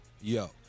Yo